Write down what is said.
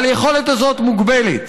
היכולת הזאת מוגבלת.